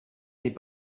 n’est